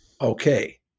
Okay